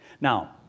Now